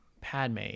Padme